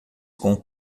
com